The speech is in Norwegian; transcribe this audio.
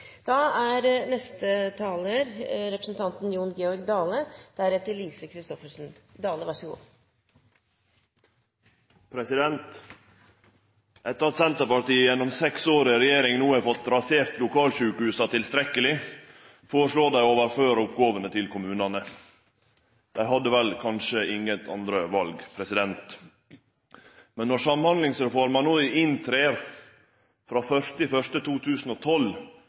Etter at Senterpartiet gjennom seks år i regjering no har fått rasert lokalsjukehusa tilstrekkeleg, foreslår dei å overføre oppgåvene til kommunane. Dei hadde vel kanskje ingen andre val. Men når Samhandlingsreforma trer i kraft 1. januar 2012,